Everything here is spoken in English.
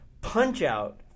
Punch-Out